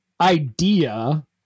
idea